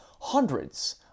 hundreds